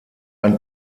ein